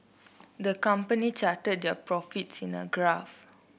the company charted their profits in a graph